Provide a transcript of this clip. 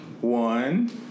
One